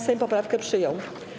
Sejm poprawkę przyjął.